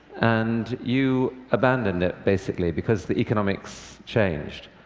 and you abandoned it basically because the economics changed.